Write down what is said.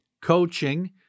coaching